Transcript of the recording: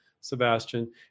Sebastian